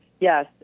yes